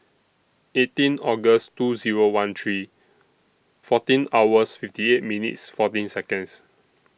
eighteen August two Zero one three fourteen hours fifty eight minutes fourteen Seconds